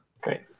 Great